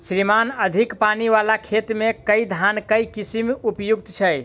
श्रीमान अधिक पानि वला खेत मे केँ धान केँ किसिम उपयुक्त छैय?